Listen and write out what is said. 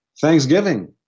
Thanksgiving